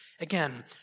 again